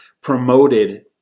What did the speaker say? promoted